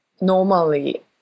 normally